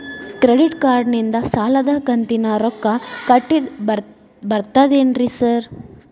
Credit ಕಾರ್ಡನಿಂದ ಸಾಲದ ಕಂತಿನ ರೊಕ್ಕಾ ಕಟ್ಟಾಕ್ ಬರ್ತಾದೇನ್ರಿ ಸಾರ್?